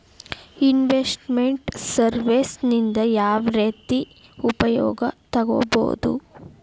Invest made services ನಿಂದಾ ಯಾವ್ರೇತಿ ಉಪಯೊಗ ತಗೊಬೊದು?